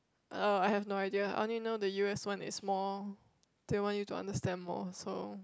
oh I have no idea I only know the u_s one is more they want you to understand more